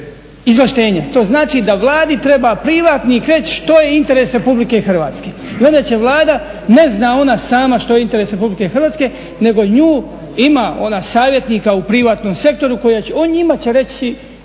izvlaštenja. To znači da Vladi treba privatnik reći što je interes Republike Hrvatske i onda će Vlada, ne zna ona sama što je interes Republike Hrvatske, nego nju, ima ona savjetnika u privatnom sektoru, o njima će reći